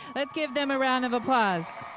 let's give them a round of applause.